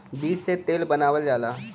बीज से तेल बनावल जाला